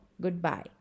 Goodbye